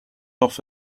off